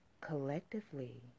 Collectively